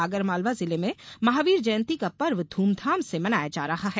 आगरमालवा जिले में महावीर जयंती का पर्व धूमधाम से मनाया जा रहा है